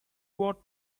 ought